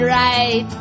right